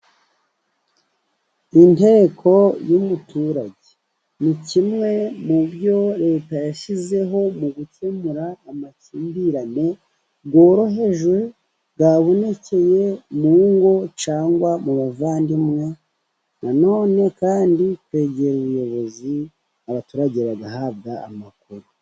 Inteko y'umuturage , ni kimwe mu byo Leta yashyizeho mu gukemura amakimbirane yoroheje yabonekeye mu ngo cyangwa mu bavandimwe . Na none kandi kwegera ubuyobozi abaturage bagahabwa amakuru.